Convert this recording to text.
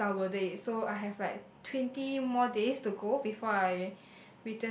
just downloaded it so I have like twenty more days to go before I